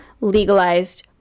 legalized